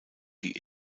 die